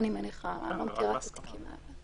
לפי חוק שחרור על תנאי ממאסר באולמות בתי משפט הסמוכים לבתי